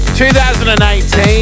2018